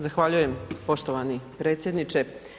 Zahvaljujem poštovani predsjedniče.